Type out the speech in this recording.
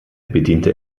bediente